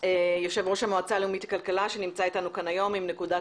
יושב ראש המועצה הלאומית לכלכלה שנמצא אתנו כאן היום עם נקודת